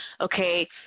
okay